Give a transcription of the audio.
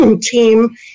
team